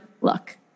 look